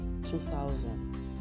2000